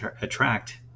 attract